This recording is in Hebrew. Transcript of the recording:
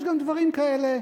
יש גם דברים כאלה,